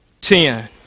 Ten